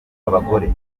abagore